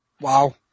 Wow